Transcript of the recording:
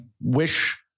wish